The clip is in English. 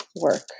work